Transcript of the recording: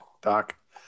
Doc